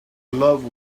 love